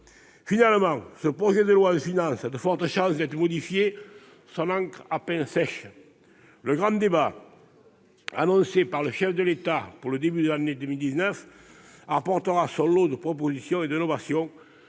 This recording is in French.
Finalement, ce projet de loi de finances a de fortes chances d'être modifié son encre à peine sèche. Le grand débat annoncé par le chef de l'État pour le début de l'année 2019 apportera son lot de propositions et d'innovations,